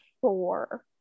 four